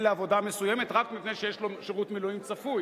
לעבודה מסוימת רק מפני שיש לו שירות מילואים צפוי?